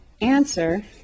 answer